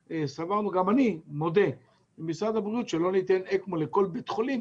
אני מודה שסברנו בהתחלה במשרד הבריאות שלא ניתן אקמו לכל בית חולים,